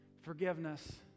forgiveness